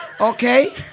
Okay